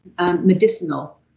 medicinal